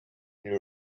new